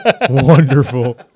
Wonderful